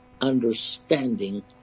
understanding